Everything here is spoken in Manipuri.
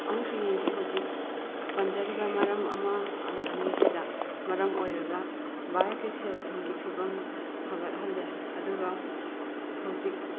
ꯑꯃꯨꯛꯁꯨ ꯌꯦꯡꯁꯤ ꯍꯧꯖꯤꯛ ꯄꯟꯖꯔꯤꯕ ꯃꯔꯝ ꯑꯃ ꯑꯅꯤꯁꯤꯗ ꯃꯔꯝ ꯑꯣꯏꯔꯒ ꯚꯥꯔꯠꯀꯤ ꯁꯦꯜ ꯊꯨꯝꯒꯤ ꯐꯤꯕꯝ ꯐꯒꯠꯍꯜꯂꯦ ꯑꯗꯨꯒ ꯍꯧꯖꯤꯛ